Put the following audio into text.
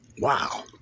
Wow